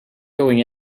going